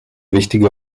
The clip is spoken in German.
wichtige